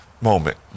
moment